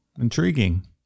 Intriguing